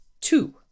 two